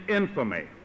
infamy